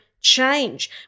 change